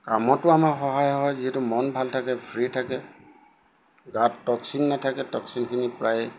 কামতো আমাৰ সহায় হয় যিহেতু মন ভাল থাকে ফ্ৰী থাকে গাত টক্চিন নাথাকে টক্চিনখিনি প্ৰায়